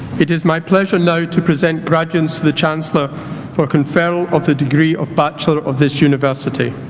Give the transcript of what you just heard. it is my pleasure now to present graduands to the chancellor for conferral of the degree of bachelor of this university.